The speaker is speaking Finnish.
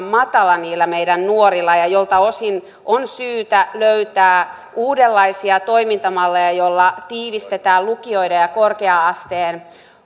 matala niillä meidän nuorilla ja tältä osin on syytä löytää uudenlaisia toimintamalleja joilla tiivistetään lukioiden ja korkea asteen